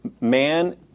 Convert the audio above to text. man